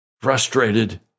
frustrated